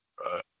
Right